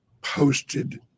posted